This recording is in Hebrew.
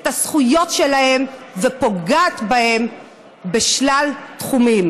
הזכויות שלהם ופוגעת בהם בשלל תחומים.